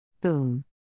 Boom